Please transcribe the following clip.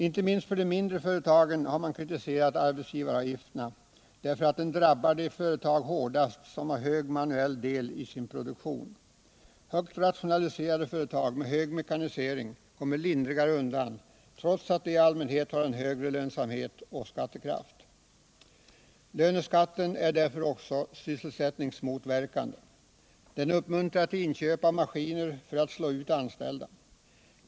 Inte minst från de mindre företagen har man kritiserat arbetsgivaravgiften därför att den drabbar de företag hårdast som har hög manuell del i sin produktion. Högt rationaliserade företag med hög mekanisering kommer lindrigare undan, trots att de i allmänhet har bättre lönsamhet och skattekraft. Löneskatten är därför också sysselsättningsmotverkande. Den uppmuntrar till inköp av maskiner för att slå ut anställda.